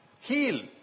Heal